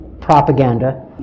propaganda